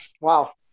Wow